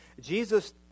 Jesus